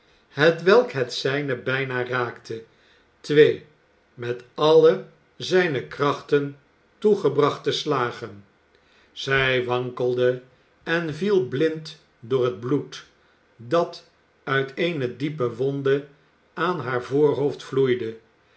hetwelk het zijne bijna raakte twee met alle zijne krachten toegebrachte slagen zij wankelde en viel blind door het bloed dat uit eene diepe wonde aan haar voorhoofd vloeide